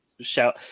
shout